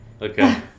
Okay